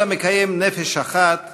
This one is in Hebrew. כל המקיים נפש אחת,